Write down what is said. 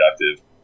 productive